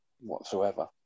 whatsoever